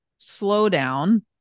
slowdown